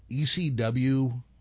ECW